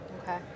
Okay